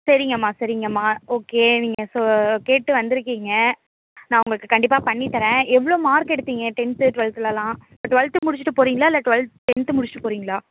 சரிங்கம்மா சரிங்கம்மா ஓகே நீங்கள் ஸோ கேட்டு வந்திருக்கிங்க நான் உங்களுக்கு கண்டிப்பாக பண்ணி தரேன் எவ்வளோ மார்க் எடுத்தீங்க டென்த்து டுவெல்த்துலெலாம் இப்போ டுவெல்த்து முடிச்சுட்டு போகிறிங்களா இல்லை டுவெல்த் டென்த்து முடிச்சுட்டு போகிறிங்களா